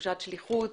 בתחושת שליחות,